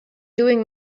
doing